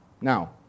Now